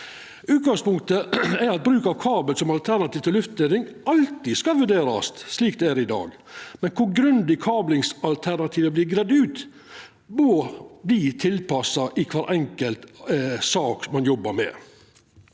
Utgangspunktet er at bruk av kabel som alternativ til luftleidning alltid skal vurderast, slik det er i dag, men kor grundig kablingsalternativet vert greidd ut, må verta tilpassa kvar enkelt sak ein jobbar med.